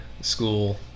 school